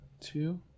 two